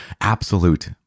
absolute